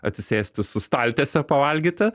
atsisėsti su staltiese pavalgyti